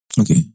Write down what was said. Okay